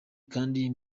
kandi